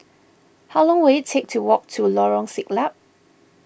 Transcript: how long will it take to walk to Lorong Siglap